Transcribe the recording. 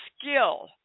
skill